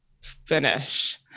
finish